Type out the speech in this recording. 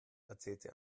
erzählte